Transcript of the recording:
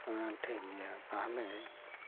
ᱴᱷᱤᱠ ᱜᱮᱭᱟ ᱛᱟᱦᱚᱞᱮ